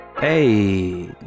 Hey